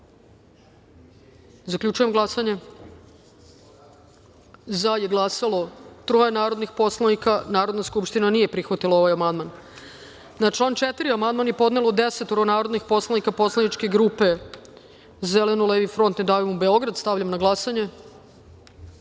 amandman. Zaključujem glasanje: za je glasalo troje narodnih poslanika. Narodna skupština nije prihvatila ovaj amandman. Na član 2. amandman je podnelo 10 narodnih poslanika Poslaničke grupe Zeleno-levi front – Ne davimo Beograd. Stavljam na glasanje